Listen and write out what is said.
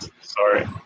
Sorry